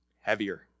heavier